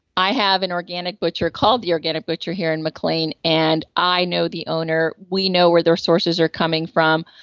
i have an organic butcher called the organic butcher here in mclean and i know the owner. we know where their sources are coming from.